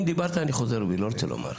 אם דיברת אני חוזר בי, לא רוצה לומר.